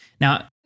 Now